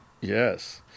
Yes